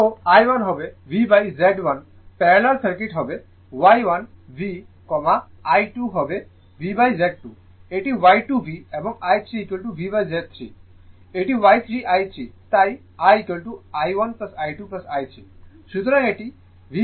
সুতরাং I1 হবে VZ1 parallel circuit হবে Y1 V I 2 হবে VZ2 এটি Y2 V এবং I3 VZ3 হবে এটি Y3 i 3 তাই I I1 I 2 I 3